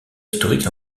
historique